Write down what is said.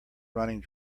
running